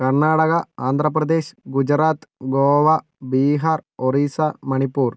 Karnataka Andhra Pradesh Gujarat Goa Bihar Orissa Manipur